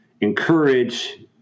encourage